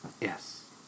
yes